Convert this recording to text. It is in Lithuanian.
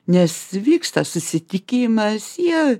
nes vyksta susitikimas jie